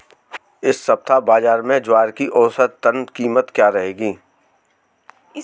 इस सप्ताह बाज़ार में ज्वार की औसतन कीमत क्या रहेगी?